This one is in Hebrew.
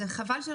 חבל.